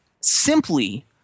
simply